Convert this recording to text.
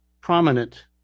prominent